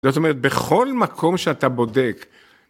זאת אומרת, בכל מקום שאתה בודק.